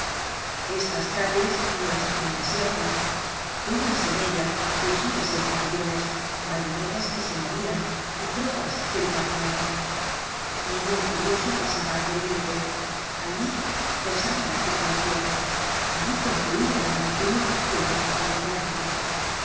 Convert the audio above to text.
estas calles no estaban desiertas veíanse en ellas fusiles en pabellones bayonetas que se movian y tropas que vivaqueaban ningun curioso pasaba aquel límite allí cesaba la circulacion allí concluia la multitud y empezaba el ejército